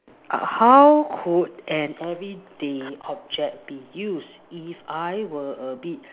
err how could an everyday object be use if I were a bit